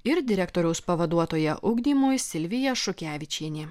ir direktoriaus pavaduotoja ugdymui silvija šukevičienė